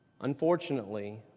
Unfortunately